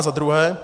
Za druhé.